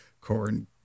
corn